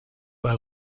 bei